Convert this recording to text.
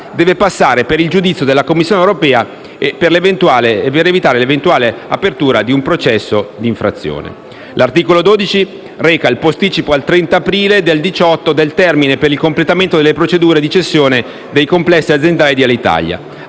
deve passare il giudizio della Commissione europea per evitare l'eventuale apertura di procedure di infrazione per aiuti di Stato. L'articolo 12 reca il posticipo al 30 aprile 2018 del termine per il completamento delle procedure di cessione dei complessi aziendali di Alitalia.